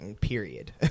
period